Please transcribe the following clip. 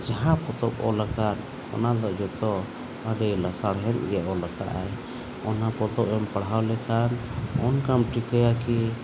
ᱡᱟᱦᱟᱸ ᱯᱚᱛᱚᱵᱽ ᱚᱞ ᱟᱠᱟᱫ ᱚᱱᱟ ᱫᱚ ᱡᱚᱛᱚ ᱟᱹᱰᱤ ᱞᱟᱥᱟᱲᱦᱮᱫ ᱜᱮ ᱚᱞ ᱟᱠᱟᱜᱼᱟᱭ ᱚᱱᱟ ᱯᱚᱛᱚᱵᱮᱢ ᱯᱟᱲᱦᱟᱣ ᱞᱮᱠᱷᱟᱱ ᱚᱱᱠᱟᱢ ᱴᱷᱤᱠᱟᱹᱭᱟ ᱠᱤ